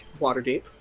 waterdeep